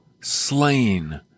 slain